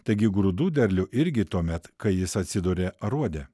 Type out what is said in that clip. taigi grūdų derlių irgi tuomet kai jis atsiduria aruode